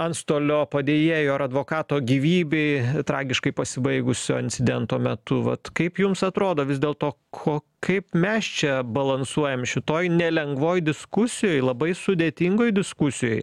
antstolio padėjėjo ar advokato gyvybei tragiškai pasibaigusio incidento metu vat kaip jums atrodo vis dėl to ko kaip mes čia balansuojam šitoj nelengvoj diskusijoj labai sudėtingoj diskusijoj